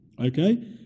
Okay